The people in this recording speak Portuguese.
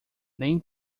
nem